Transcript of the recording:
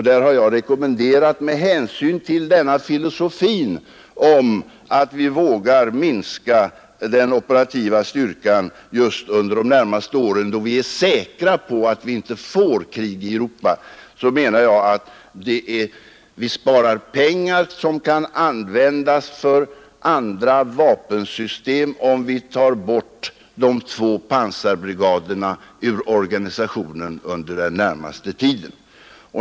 Det har jag rekommenderat med hänsyn till denna filosofi om att vi vågar minska den operativa styrkan just under de närmaste åren, då vi är säkra på att inte få krig i Europa. Vi sparar pengar, som kan användas för andra vapensystem, om vi tar bort de två pansarbrigaderna ur organisationen under den närmaste tiden.